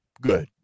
good